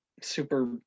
super